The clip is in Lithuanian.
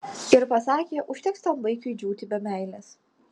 ir pasakė užteks tam vaikiui džiūti be meilės